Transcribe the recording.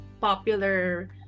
popular